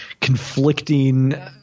conflicting